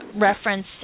reference